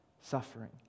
suffering